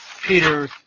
Peter